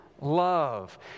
love